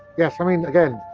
yes, i mean again,